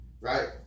right